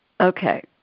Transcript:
Okay